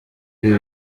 ibi